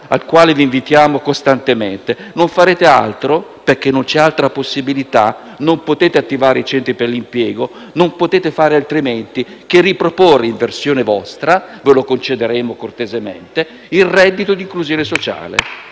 al quale vi invitiamo costantemente? Non farete altro - perché non c'è altra possibilità e non potete attivare i centri per l'impiego - che riproporre in versione vostra - ve lo concederemo cortesemente - il reddito di inclusione sociale.